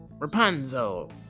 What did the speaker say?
Rapunzel